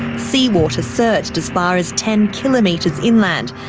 seawater surged as far as ten kilometres inland,